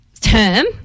term